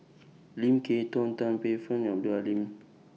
Lim Kay Tong Tan Paey Fern and